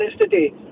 today